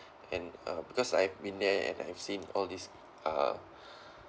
and uh because I've been there and have seen all these uh